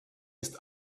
ist